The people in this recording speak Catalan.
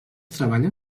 treballa